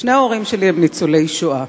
שני ההורים שלי הם ניצולי השואה.